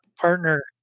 partner